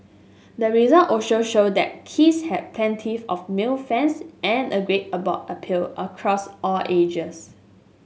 the result also show that Kiss had plenty of male fans and a great a broad appeal across all ages